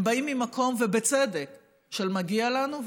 הם באים ממקום, ובצדק, של "מגיע לנו".